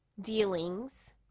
dealings